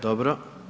Dobro.